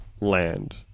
land